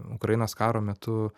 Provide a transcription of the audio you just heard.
ukrainos karo metu